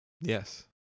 Yes